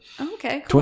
okay